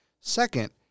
Second